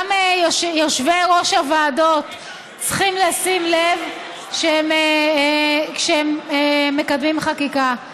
גם יושבי-ראש הוועדות צריכים לשים לב כשהם מקדמים חקיקה.